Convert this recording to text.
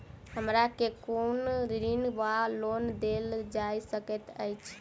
हमरा केँ कुन ऋण वा लोन देल जा सकैत अछि?